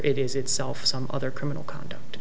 it is itself some other criminal conduct